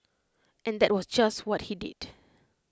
and that was just what he did